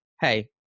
Hey